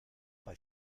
bei